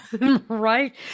Right